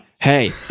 hey